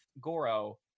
Goro